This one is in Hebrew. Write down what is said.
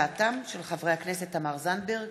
בהצעתם של חברי הכנסת תמר זנדברג,